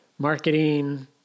Marketing